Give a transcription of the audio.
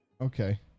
Okay